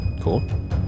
Cool